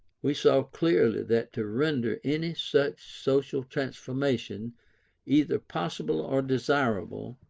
we saw clearly that to render any such social transformation either possible or desirable,